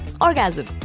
orgasm